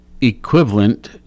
equivalent